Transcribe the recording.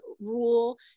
rule